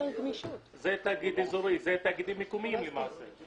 זה תאגיד אזורי ותאגידים מקומיים למעשה.